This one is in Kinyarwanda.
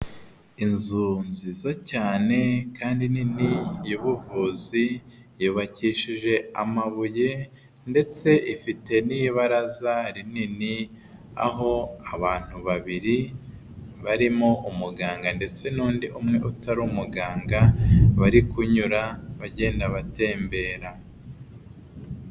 Inzu nziza cyane kandi nini y'ubuvuzi, yubakishije amabuye ndetse ifite n'ibaraza rinini, aho abantu babiri barimo umuganga ndetse n'undi umwe utari umuganga bari kunyura bagenda batembera.